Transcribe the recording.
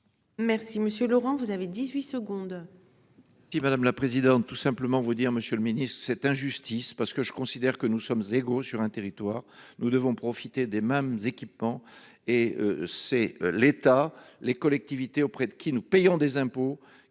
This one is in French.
Merci monsieur Laurent. Vous avez 18 secondes. Si madame la présidente. Tout simplement vous dire Monsieur le Ministre, cette injustice parce que je considère que nous sommes égaux sur un territoire. Nous devons profiter des mêmes équipements et c'est l'État, les collectivités auprès de qui nous payons des impôts